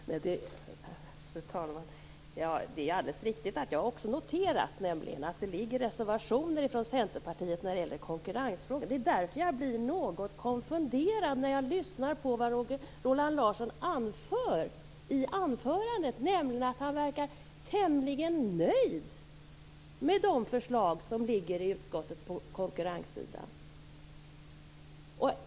Fru talman! Det är alldeles riktigt att jag också har noterat att det finns reservationer från Centerpartiet när det gäller konkurrensfrågan. Det är därför som jag blir något konfunderad när jag lyssnar på vad Roland Larsson anför. Han verkar tämligen nöjd med de förslag som finns i betänkandet när det gäller konkurrensen.